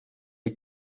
est